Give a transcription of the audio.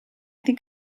think